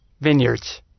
vineyards